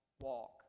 walk